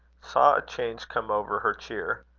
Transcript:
saw a change come over her cheer.